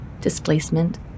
displacement